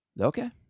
Okay